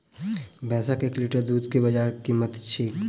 भैंसक एक लीटर दुध केँ बजार कीमत की छै?